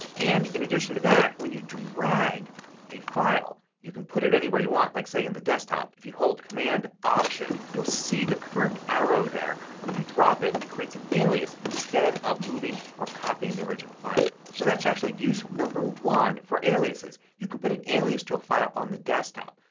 and in addition to that when you drag a file, you can put it anywhere you want like say on the desktop, if you hold command option you'll see the curved arrow there and when you drop it it creates an alias instead of moving or copying the original file. so that's actually use number one for aliases. you can put an alias to a file on the desktop.